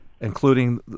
including